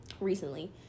recently